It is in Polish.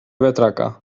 wiatraka